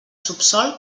subsòl